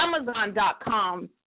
Amazon.com